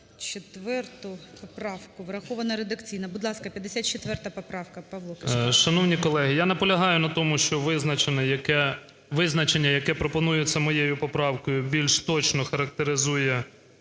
54 поправку. Врахована редакційно. Будь ласка, 54 поправка. Павло Кишкар.